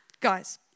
Guys